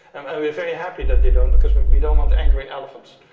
and we're very happy that they don't because we don't want angry elephants.